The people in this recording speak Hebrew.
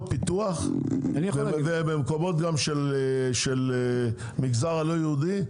פיתוח וגם במקומות של המגזר הלא יהודי,